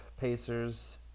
Pacers